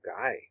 guy